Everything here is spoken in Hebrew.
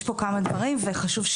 יש כאן כמה דברים וחשוב.